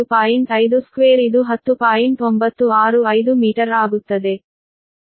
965 metre ಆಗುತ್ತದೆ